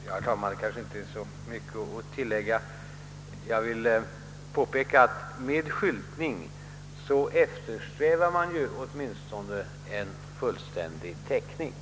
Herr talman! Det kanske inte är så mycket att tillägga, men jag vill påpeka att man i fråga om skyltningen åtminstone eftersträvar en fullständig täckning av olika delar av landet.